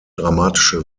dramatische